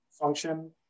function